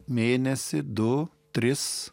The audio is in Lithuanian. mėnesį du tris